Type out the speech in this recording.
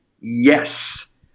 yes